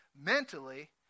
mentally